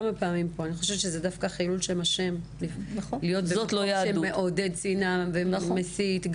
חילול השם להיות במקום שמעודד שנאה ומסית.